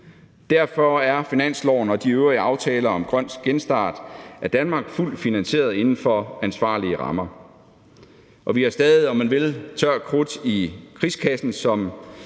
Derfor er finansloven og de øvrige aftaler om en grøn genstart af Danmark fuldt finansieret inden for ansvarlige rammer. Vi har stadig, om man vil, tørt krudt i krigskassen,